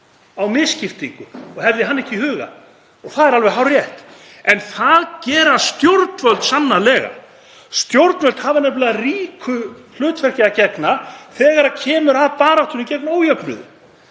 á misskiptingu og hefði hana ekki í huga. Það er alveg hárrétt. En það gera stjórnvöld sannarlega. Stjórnvöld hafa nefnilega ríku hlutverki að gegna þegar kemur að baráttunni gegn ójöfnuði;